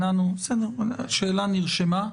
בסדר, השאלה נרשמה.